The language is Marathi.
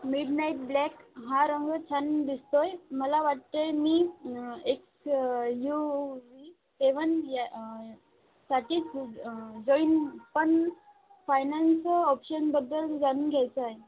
मिडनाईट ब्लॅक हा रंग छान दिसतो आहे मला वाटत आहे मी एक्स यू व्ही सेवन या साठीच जॉईन पण फायनान्स ऑप्शनबद्दल जाणून घ्यायचं हाय